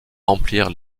remplir